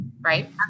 right